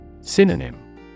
Synonym